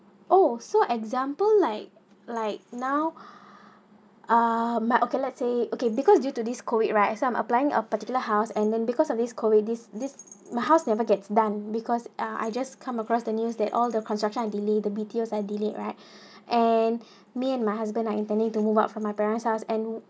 oh so example like like now uh my okay let's say okay because due to this COVID right some applying a particular house and then because of this COVID this this my house never gets done because uh I'm just come across the news that all the construction are delay the B_T_O are delay right and me and my husband are intending to move out from my parents and